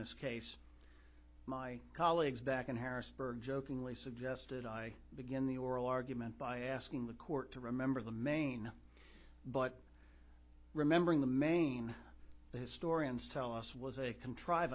this case my colleagues back in harrisburg jokingly suggested i begin the oral argument by asking the court to remember the maine but remembering the maine historians tell us was a